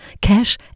cash